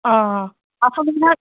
অঁ